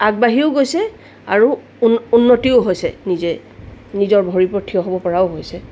আগবাঢ়িও গৈছে আৰু উন উন্নতিও হৈছে নিজে নিজৰ ভৰিৰ ওপৰত থিয় হ'ব পৰাও হৈছে